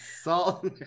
salt